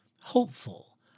hopeful